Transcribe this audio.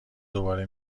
دوباره